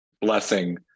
blessing